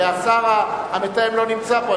השר המתאם לא נמצא פה,